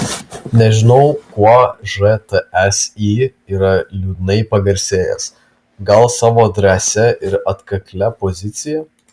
nežinau kuo žtsi yra liūdnai pagarsėjęs gal savo drąsia ir atkaklia pozicija